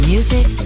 Music